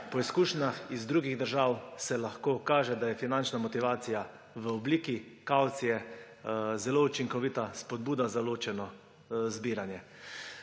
Po izkušnjah iz drugih držav se lahko kaže, da je finančna motivacija v obliki kavcije zelo učinkovita spodbuda za ločeno zbiranje.